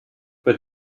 but